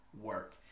work